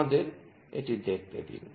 আমাদের এটি দেখতে দিন